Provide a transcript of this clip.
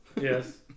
yes